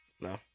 No